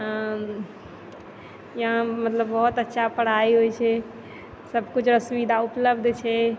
यहाँ मतलब बहुत अच्छा पढ़ाइ होइ छै सबकिछु रऽ सुविधा उपलब्ध छै